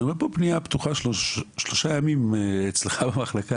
אני רואה פה פנייה פתוחה שלושה ימים אצלך במחלקה.